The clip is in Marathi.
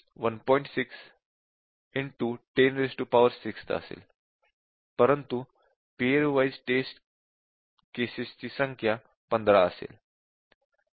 6 106 असेल परंतु पेअर वाइज़ टेस्टस ची संख्या 15 असेल